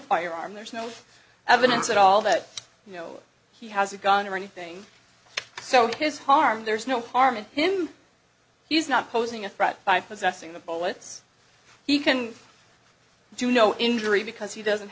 firearm there's no evidence at all that you know he has a gun or anything so his harm there's no harm in him he's not posing a threat by possessing the bullets he can do no injury because he doesn't